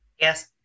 yes